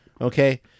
Okay